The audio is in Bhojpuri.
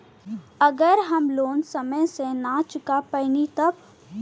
अगर हम लोन समय से ना चुका पैनी तब?